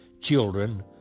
children